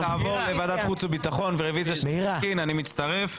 רוויזיה של אלקין ואני מצטרף.